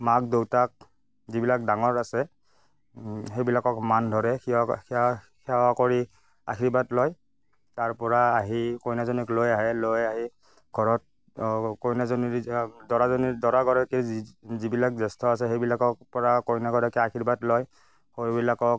মাক দেউতাক যিবিলাক ডাঙৰ আছে সেইবিলাকক মান ধৰে সেৱা সেৱা সেৱা কৰি আশীৰ্বাদ লয় তাৰপৰা আহি কইনাজনীক লৈ আহে লৈ আহি ঘৰত অঁ কইনাজনী যেতিয়া দৰাজনী দৰাগৰাকীয়ে যি যিবিলাক জ্যেষ্ঠ আছে সেইবিলাকৰ পৰা কইনাগৰাকীয়ে আশীৰ্বাদ লয় সৰুবিলাকক